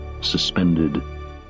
suspended